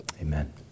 amen